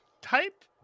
type